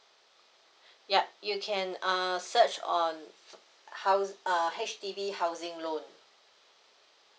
ya you can uh search on house err H_D_B housing loan